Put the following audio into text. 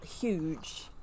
huge